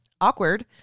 awkward